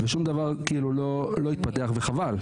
ושום דבר כאילו לא התפתח וחבל.